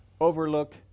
overlook